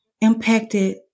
impacted